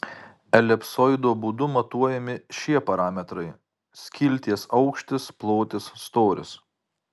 elipsoido būdu matuojami šie parametrai skilties aukštis plotis storis